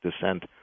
descent